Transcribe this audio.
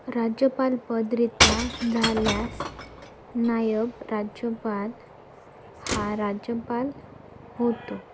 राज्यपालपद रित्या झाल्यास नायब राज्यपाल हा राज्यपाल होतो